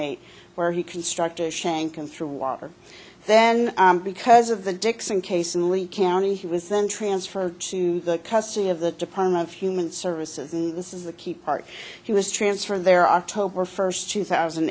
eight where he construct a shank and through water then because of the dixon case in lee county he was then transferred to the custody of the department of human services and this is the key part he was transferred there october first two thousand